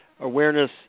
Awareness